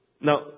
Now